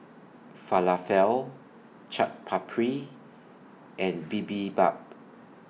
Falafel Chaat Papri and Bibimbap